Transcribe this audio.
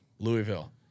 Louisville